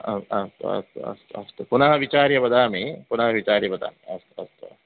आम् अस्तु अस्तु अस्तु पुनः विचार्य वदामि पुनः विचार्य वदामि अस्तु अस्तु